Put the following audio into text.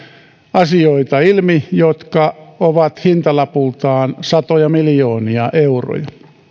asioita jotka ovat hintalapultaan satoja miljoonia euroja